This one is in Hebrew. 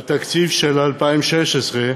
בתקציב של 2016,